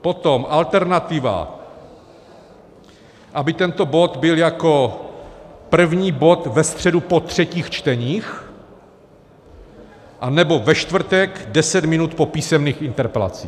Potom alternativa, aby tento bod byl jako první bod ve středu po třetích čteních anebo ve čtvrtek, 10 minut po písemných interpelacích.